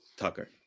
Tucker